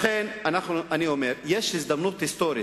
לכן אני אומר, יש הזדמנות היסטורית.